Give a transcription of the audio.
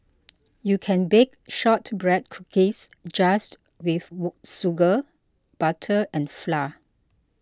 you can bake Shortbread Cookies just with sugar butter and flour